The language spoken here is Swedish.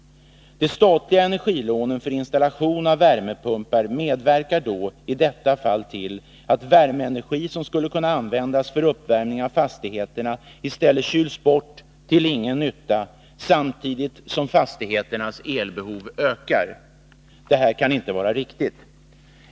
De statliga energilånen för installation av värmepumpar medverkar i detta fall till att värmeenergi som skulle kunna användas för uppvärmning av fastigheterna i stället kyls bort till ingen nytta, samtidigt som fastigheternas elbehov ökar. Detta kan inte vara riktigt.